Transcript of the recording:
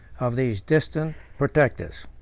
of these distant protectors.